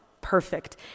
perfect